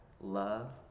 love